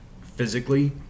physically